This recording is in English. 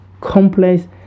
complex